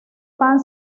pan